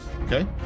Okay